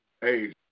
hey